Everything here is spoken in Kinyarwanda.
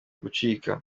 gucika